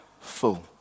full